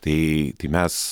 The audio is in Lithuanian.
tai tai mes